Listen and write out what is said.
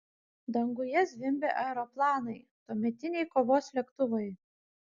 danguje zvimbė aeroplanai tuometiniai kovos lėktuvai